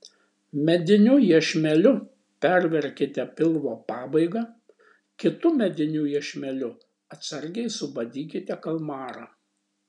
mediniu iešmeliu perverkite pilvo pabaigą kitu mediniu iešmeliu atsargiai subadykite kalmarą